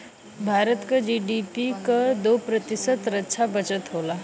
भारत क जी.डी.पी क दो प्रतिशत रक्षा बजट होला